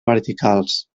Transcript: verticals